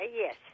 Yes